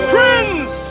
Friends